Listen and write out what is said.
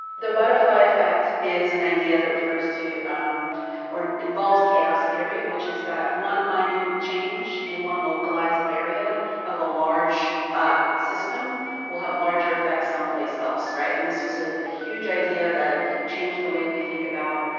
the butterfly effect is an idea that refers to or involves chaos theory which is that one minute change in one localized area of a large system will have larger effects some place else, right. and this was ah a huge idea that changed the way we think about